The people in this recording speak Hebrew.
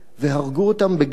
והרגו אותם בגז רעיל,